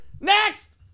Next